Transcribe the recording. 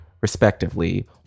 respectively